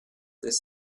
this